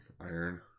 Iron